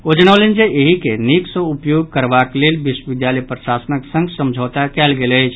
ओ जनौलनि जे एहि के नीक सॅ उपयोग करबाक लेल विश्वविद्यालय प्रशासनक संग समझौता कयल गेल अछि